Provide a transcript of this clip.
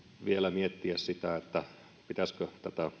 vielä miettiä sitä pitäisikö